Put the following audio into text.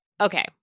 Okay